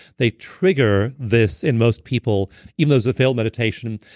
they trigger this in most people even those who fail meditation,